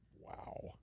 Wow